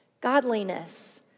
godliness